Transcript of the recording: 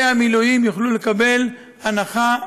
הייתי אומר, חלולה,